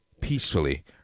peacefully